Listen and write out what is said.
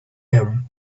him